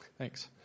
Thanks